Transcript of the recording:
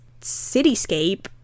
cityscape